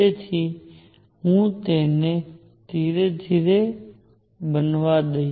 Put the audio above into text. તેથી હું તેને ધીરે ધીરે બનવા દો